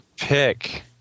pick